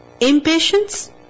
Impatience